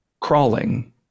crawling